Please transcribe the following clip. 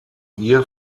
ihr